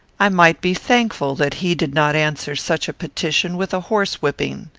i might be thankful that he did not answer such a petition with a horse-whipping.